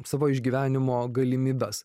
savo išgyvenimo galimybes